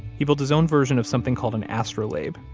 he built his own version of something called an astrolabe,